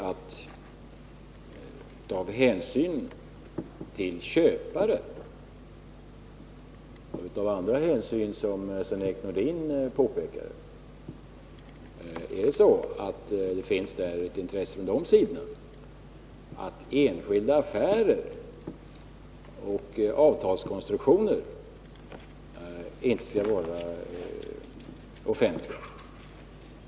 Av hänsyn till köpare och av andra hänsyn som Sven-Erik Nordin nämnde finns det ett intresse — från motpartens sida alltså — att enskilda affärer och avtalskonstruktioner inte skall vara offentliga.